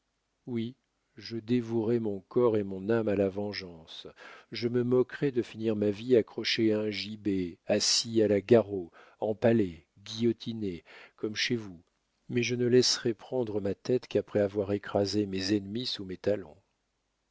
oui je dévouerais mon corps et mon âme à la vengeance je me moquerais de finir ma vie accroché à un gibet assis à la garrot empalé guillotiné comme chez vous mais je ne laisserais prendre ma tête qu'après avoir écrasé mes ennemis sous mes talons